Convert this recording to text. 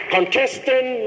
Contestant